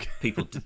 people